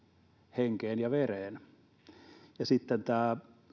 henkeen ja vereen sitten tämä